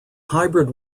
hybrid